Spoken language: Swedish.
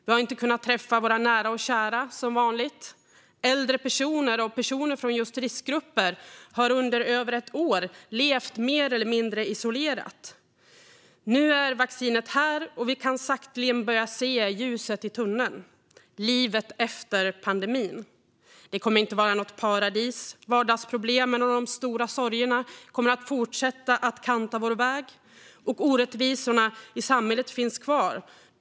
Vi har inte kunnat träffa våra nära och kära som vanligt. Äldre personer och personer i just riskgrupper har under över ett år levt mer eller mindre isolerade. Nu är vaccinet här, och vi kan så sakteliga börja se ljuset i tunneln, livet efter pandemin. Det kommer inte att vara något paradis. Vardagsproblemen och de stora sorgerna kommer att fortsätta att kanta vår väg, och orättvisorna i samhället finns kvar.